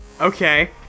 Okay